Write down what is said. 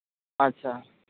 ᱟᱪᱪᱷᱟ